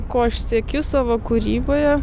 ko aš siekiu savo kūryboje